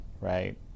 right